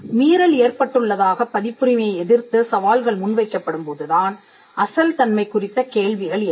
மீறல் ஏற்பட்டுள்ளதாகப் பதிப்புரிமையை எதிர்த்து சவால்கள் முன்வைக்கப்படும் போது தான் அசல் தன்மை குறித்த கேள்விகள் எழும்